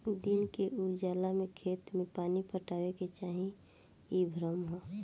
दिन के उजाला में खेत में पानी पटावे के चाही इ भ्रम ह